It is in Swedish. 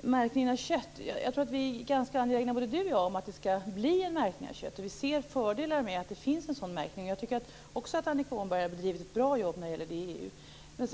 märkningen av kött. Jag tror att både Michael Hagberg och jag är lika angelägna om att det skall ske en märkning av kött. Vi ser fördelar med att det finns en sådan märkning. Också jag tycker att Annika Åhnberg har gjort ett bra jobb i EU.